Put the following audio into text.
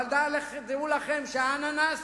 אבל דעו לכם שבאננס